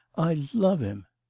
i love him